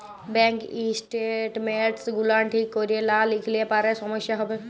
bank statements গুলান ঠিক ক্যরে লা লিখলে পারে সমস্যা হ্যবে